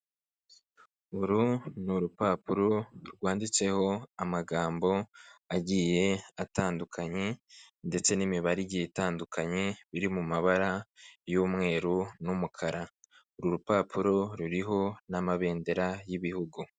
Uru ni urupapuro rwanditseho amagambo agiye atandukanye ndetse n'imibare igiye itandukanye biri mu mabara y'umweru n'umukara. Uru rupapuro ruriho n'amabendera y'ibihugu.